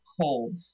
cold